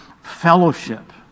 fellowship